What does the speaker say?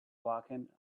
blackened